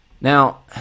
Now